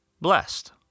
Blessed